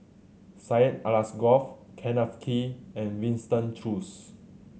Syed Alsagoff Kenneth Kee and Winston Choos